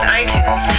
iTunes